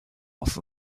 off